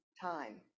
time